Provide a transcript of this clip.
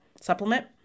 supplement